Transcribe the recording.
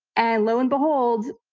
and lo and behold,